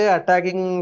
attacking